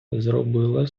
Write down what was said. зробила